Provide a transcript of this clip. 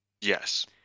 Yes